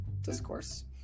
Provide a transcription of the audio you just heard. discourse